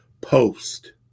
post